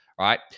right